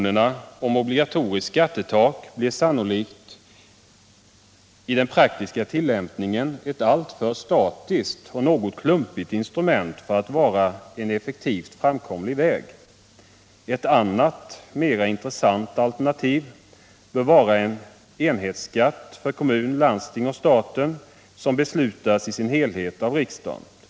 Ett obligatoriskt skattetak blir sannolikt i den praktiska tillämpningen ett alltför statiskt och något klumpigt instrument för att vara en effektiv, framkomlig väg. Ett annat, mer intressant alternativ bör vara en enhetsskatt för kommun, landsting och stat, som i sin helhet beslutas av riksdagen.